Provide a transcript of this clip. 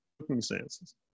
circumstances